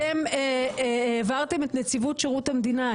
אתם העברתם את נציבות שירות המדינה,